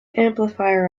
amplifier